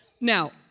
Now